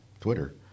Twitter